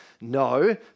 No